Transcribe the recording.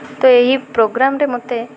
ତ ଏହି ପ୍ରୋଗ୍ରାମ୍ରେ ମୋତେ